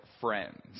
friends